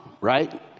right